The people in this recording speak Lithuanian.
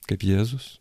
kaip jėzus